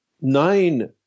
Nine